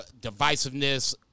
divisiveness